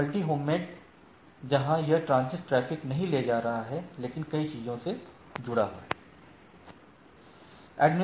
यह मल्टीहोमेड है जहां यह ट्रांसमिट ट्रैफिक नहीं ले जा रहा है लेकिन चीजों से जुड़ा हुआ है